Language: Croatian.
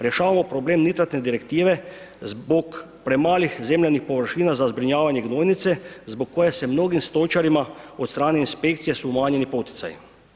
Rješavamo problem nitratne direktive zbog premalih zemljanih površina za zbrinjavanje gnojnice zbog koje se mnogim stočarima od strane inspekcije su umanjeni poticaji.